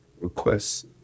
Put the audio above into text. requests